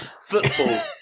football